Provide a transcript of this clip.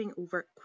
over